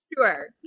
sure